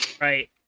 Right